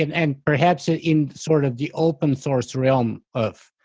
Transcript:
and and perhaps ah in sort of the open source realm of,